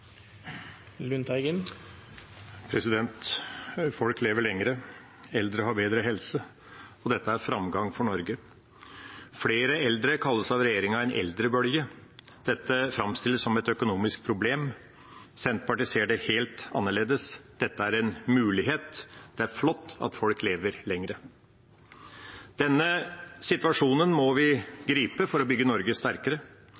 dette er framgang for Norge. Flere eldre kalles av regjeringa en «eldrebølge», og dette framstilles som et økonomisk problem. Senterpartiet ser det helt annerledes – dette er en mulighet, det er flott at folk lever lenger. Denne situasjonen må